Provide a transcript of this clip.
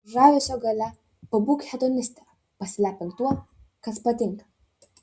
žavesio galia pabūk hedoniste pasilepink tuo kas patinka